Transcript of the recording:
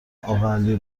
اقاعلی